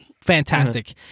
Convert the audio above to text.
Fantastic